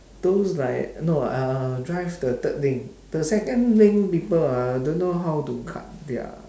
those like no uh drive the third lane the second lane people ah don't know how to cut their